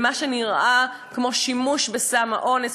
למה שנראה כמו שימוש בסם האונס,